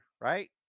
right